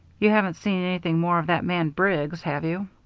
you haven't seen anything more of that man briggs, have you?